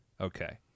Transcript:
Okay